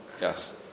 Yes